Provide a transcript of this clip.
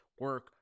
Work